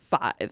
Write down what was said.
five